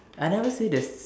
I never say there's